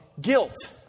guilt